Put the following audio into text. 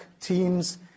teams